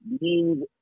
need